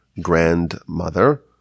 grandmother